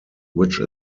which